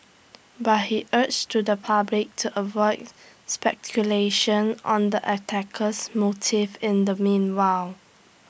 but he urged to the public to avoid speculation on the attacker's motive in the meanwhile